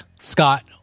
Scott